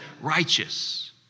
righteous